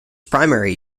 primary